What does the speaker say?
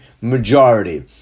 majority